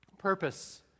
purpose